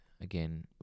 again